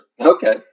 Okay